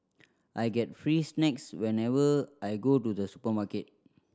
I get free snacks whenever I go to the supermarket